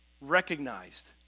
recognized